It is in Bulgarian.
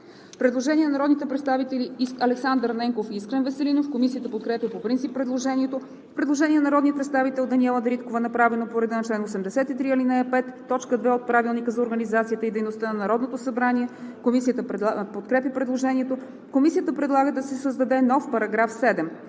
Предложение на народните представители Александър Ненков и Искрен Веселинов. Комисията подкрепя по принцип предложението. Предложение на народния представител Даниела Дариткова, направено по реда на чл. 83, ал. 5, т. 2 от Правилника за организацията и дейността на Народното събрание. Комисията подкрепя предложението. Комисията предлага да се създаде нов § 7: „§ 7.